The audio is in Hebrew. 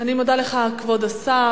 אני מודה לך, כבוד השר.